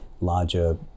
larger